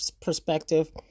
perspective